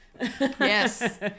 Yes